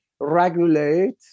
regulate